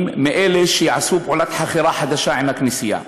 מאלה שעשו פעולת חכירה חדשה עם הכנסייה.